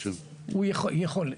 הוא יכול,